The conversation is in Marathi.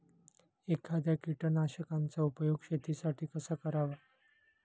एखाद्या कीटकनाशकांचा उपयोग शेतीसाठी कसा करावा?